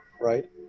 right